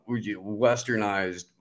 westernized